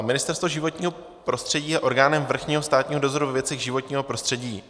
Ministerstvo životního prostředí je orgánem vrchního státního dozoru ve věcech životního prostředí.